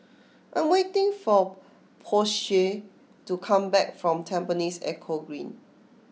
I am waiting for Posey to come back from Tampines Eco Green